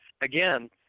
again